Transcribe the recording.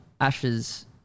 Ashes